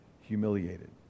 humiliated